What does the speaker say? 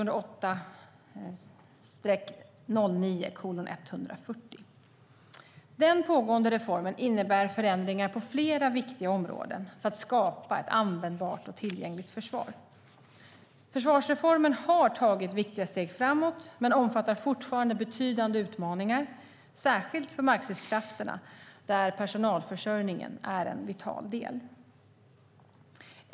Den pågående reformen innebär förändringar på flera viktiga områden för att skapa ett användbart och tillgängligt försvar. Försvarsreformen har tagit viktiga steg framåt men omfattar fortfarande betydande utmaningar, särskilt för markstridskrafterna, där personalförsörjningen är en vital del.